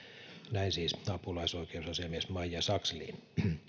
näin siis apulaisoikeusasiamies maija sakslin